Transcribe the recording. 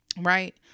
Right